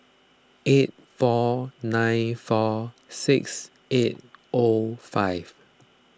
eight four nine four six eight five